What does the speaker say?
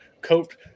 coat